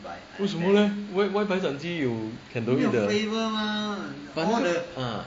为什么 leh why 白斩鸡 you can don't eat the but 那个 ah